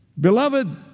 Beloved